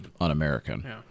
un-American